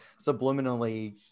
subliminally